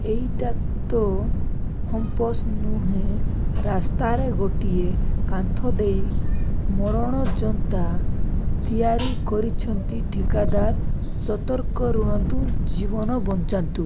ଏଇଟା ତ ହମ୍ପସ୍ ନୁହେଁ ରାସ୍ତାରେ ଗୋଟିଏ କାନ୍ଥ ଦେଇ ମରଣ ଜନ୍ତା ତିଆରି କରିଛନ୍ତି ଠିକଦାର ସତର୍କ ରୁହନ୍ତୁ ଜୀବନ ବଞ୍ଚାନ୍ତୁ